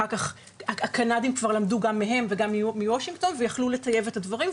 אחר כך הקנדים כבר למדו גם מהם וגם מוושינגטון ויכלו לטייב את הדברים,